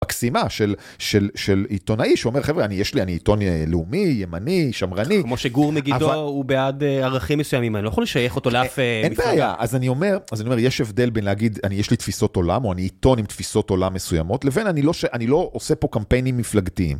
מקסימה של עיתונאי שאומר, חברה, אני יש לי, אני עיתון לאומי, ימני, שמרני. כמו שגור מגידו, הוא בעד ערכים מסוימים, אני לא יכול לשייך אותו לאף מפלגה. אין בעיה, אז אני אומר, יש הבדל בין להגיד, אני יש לי תפיסות עולם, או אני עיתון עם תפיסות עולם מסוימות, לבין אני לא עושה פה קמפיינים מפלגתיים.